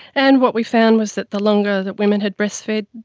and what we found was that the longer that women had breastfed,